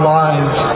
lives